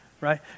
right